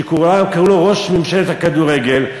שקראו לו ראש ממשלת הכדורגל,